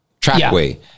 trackway